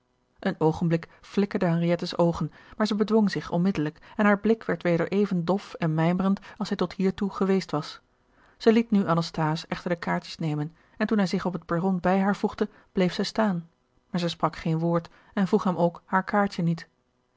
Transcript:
een oogenblik flikkerden henriettes oogen maar zij bedwong zich onmiddelijk en haar blik werd weder even dof en mijmerend als hij tot hiertoe geweest was zij liet nu anasthase echter de kaartjes nemen en toen hij zich op het perron bij haar voegde bleef zij staan maar zij sprak geen woord en vroeg hem ook haar kaartje niet